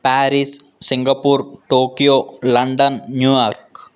Paris Singapore Tokyo London New York